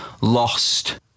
lost